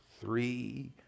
three